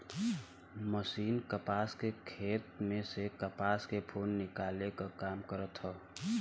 machine कपास के खेत में से कपास के फूल निकाले क काम करत हौ